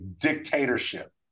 dictatorship